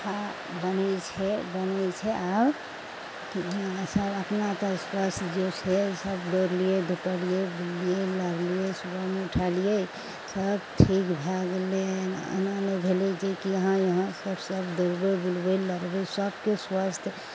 अच्छा बनै छै बनै छै आओर सब अपनाके स्वास्थ जे छै सब दौड़लियै धूपलियै बुललियै लड़लियै सुबहमे उठेलियै सब ठीक भऽ गेलै एना नहि भेलै जेकि अहाँ यहाँ सब दौड़बै बुलबै लड़बै सबके स्वास्थ